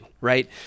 right